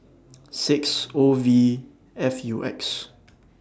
six O V F U X